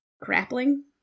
Grappling